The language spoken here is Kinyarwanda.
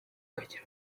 ukagira